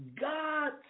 God